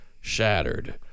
shattered